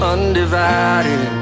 Undivided